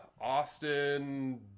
Austin